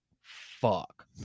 fuck